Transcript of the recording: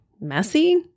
messy